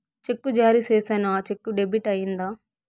చెక్కు జారీ సేసాను, ఆ చెక్కు డెబిట్ అయిందా